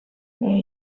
where